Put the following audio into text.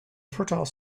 fertile